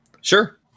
Sure